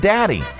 Daddy